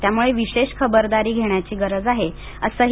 त्यामुळे विशेष खबरदारी घेण्याची गरज आहे असंही डॉ